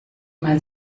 mal